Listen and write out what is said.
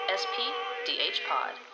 spdhpod